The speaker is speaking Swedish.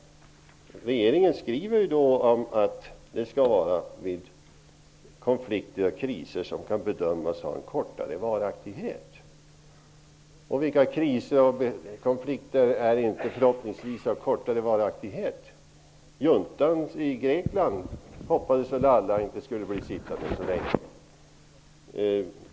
Regeringen skriver att lagstiftningen skall gälla vid konflikter och kriser som kan bedömas ha en kortare varaktighet. Vilka kriser och konflikter är av kortare varaktighet? Alla hoppades väl att juntan i Grekland inte skulle bli sittande så länge?